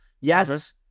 Yes